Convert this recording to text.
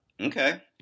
Okay